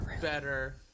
better